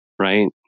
Right